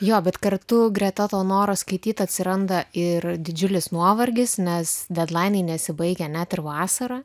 jo bet kartu greta to noro skaityt atsiranda ir didžiulis nuovargis nes dedlainai nesibaigia net ir vasarą